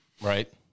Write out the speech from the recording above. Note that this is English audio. right